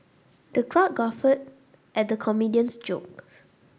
the crowd guffawed at the comedian's jokes